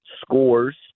scores